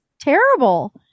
terrible